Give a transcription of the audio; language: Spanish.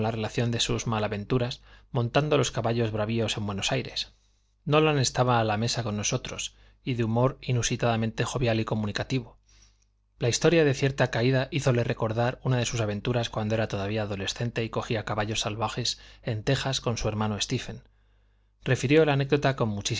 la relación de sus malaventuras montando los caballos bravios de buenos aires nolan estaba a la mesa con nosotros y de humor inusitadamente jovial y comunicativo la historia de cierta caída hízole recordar una de sus aventuras cuando era todavía adolescente y cogía caballos salvajes en tejas con su hermano stephen refirió la anécdota con